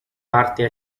parte